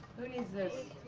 who needs this?